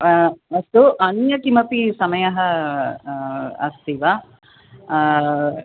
अस्तु अन्य किमपि समयः अस्ति वा